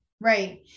Right